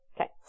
okay